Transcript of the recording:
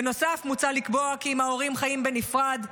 בנוסף מוצע לקבוע כי אם ההורים חיים בנפרד,